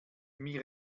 mir